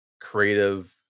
creative